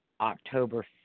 October